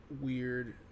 weird